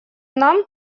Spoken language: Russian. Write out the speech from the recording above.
нам